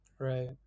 Right